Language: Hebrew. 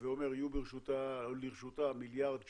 הווי אומר יהיו לרשותה מיליארד שקל,